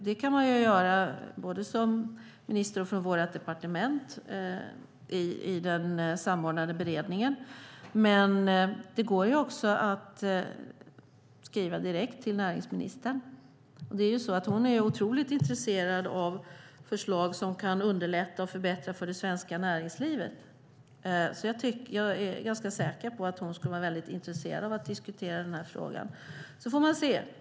Det kan jag göra som minister i vårt departement i den samordnade beredningen, men det går också att skriva direkt till näringsministern. Hon är otroligt intresserad av förslag som kan underlätta och förbättra för det svenska näringslivet. Jag är ganska säker på att hon skulle vara väldigt intresserad av att diskutera den frågan. Sedan får man se.